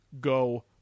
Go